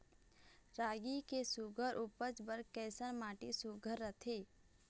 रागी के सुघ्घर उपज बर कैसन माटी सुघ्घर रथे?